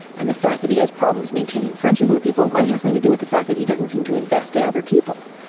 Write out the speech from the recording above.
and the fact that he has problems maintaining friendships with people might have nothing to do with the fact that he doesn't seem to invest in other people.